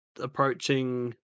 approaching